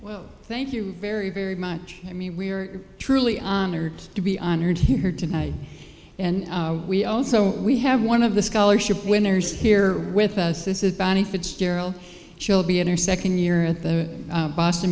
well thank you very very much i mean we are truly honored to be honored here tonight and we also we have one of the scholarship winners here with us this is bonnie fitzgerald chill b in her second year at the boston